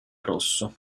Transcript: rosso